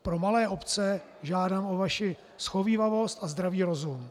Pro malé obce žádám o vaši shovívavost a zdravý rozum.